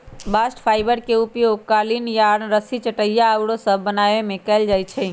bast fibre के उपयोग कालीन, यार्न, रस्सी, चटाइया आउरो सभ बनाबे में कएल जाइ छइ